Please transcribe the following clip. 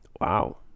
Wow